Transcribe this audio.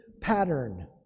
pattern